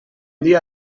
dia